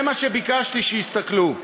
זה מה שביקשתי שיסתכלו.